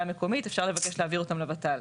המקומית אפשר לבקש להעביר אותן לות"ל.